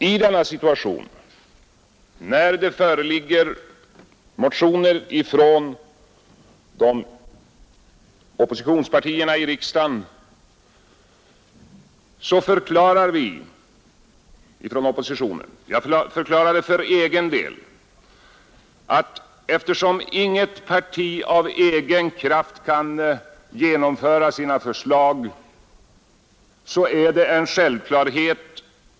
I denna situation, när det föreligger motioner från oppositionspartierna i riksdagen, förklarar vi ifrån oppositionen — jag förklarar det för egen del — att eftersom inget parti av egen kraft kan genomföra sina förslag, så är det en självklarhet att vi försöker bli ense.